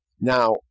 Now